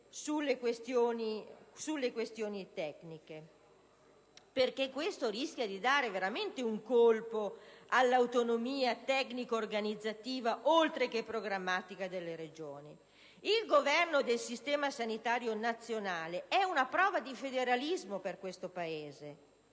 sulle questioni tecniche, perché questo rischia di dare veramente un colpo all'autonomia tecnico-organizzativa, oltre che programmatica, delle Regioni. Il governo del sistema sanitario nazionale è una prova di federalismo per questo Paese,